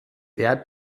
wer